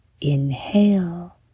Inhale